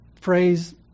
phrase